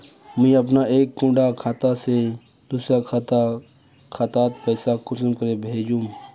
मुई अपना एक कुंडा खाता से दूसरा डा खातात पैसा कुंसम करे भेजुम?